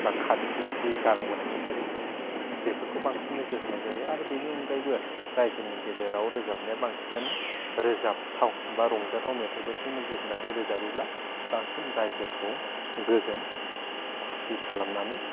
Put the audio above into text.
बा खारि जि गारां बोनायनि खारि बेफोरखौ बांसिन नोजोर होनाय जायो आरो बिनि अनगायैबो रायजोनि गेजेराव रोजाबनाया बांसिनानो रोजाबथाव बा रंजाथाव मेथायफोरखौ नोजोर होनानै रोजाबोब्ला बांसिन रायजोखौ गोजोन खुसि खालामनानै